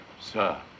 sir